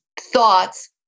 thoughts